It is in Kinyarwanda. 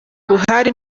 buhari